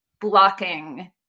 blocking